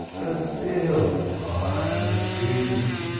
but still i am a student.